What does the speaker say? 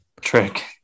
trick